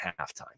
halftime